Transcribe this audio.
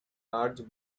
large